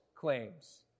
claims